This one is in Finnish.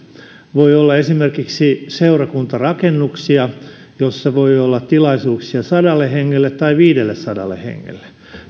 voi olla esimerkiksi seurakuntarakennuksia joissa voi olla tilaisuuksia sadalle hengelle tai viidellesadalle hengelle